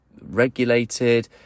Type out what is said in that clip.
regulated